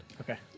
Okay